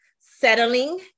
settling